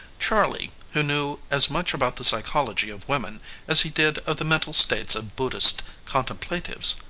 charley, who knew as much about the psychology of women as he did of the mental states of buddhist contemplatives,